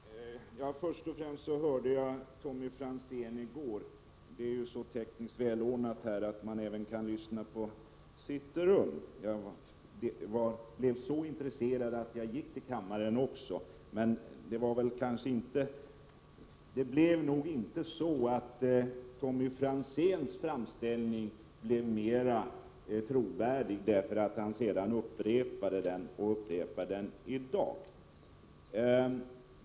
Herr talman! Först vill jag säga att jag hörde Tommy Franzén tala i detta ärende i går. Det är ju tekniskt så välordnat att man även kan lyssna på debatten på sitt rum. Jag blev också så intresserad att jag gick över till kammaren. Tommy Franzéns framställning blev dock inte mera trovärdig därför att han sedan upprepade den, och han upprepar den även i dag.